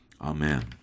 Amen